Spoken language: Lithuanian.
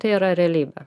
tai yra realybė